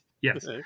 Yes